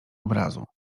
obrazu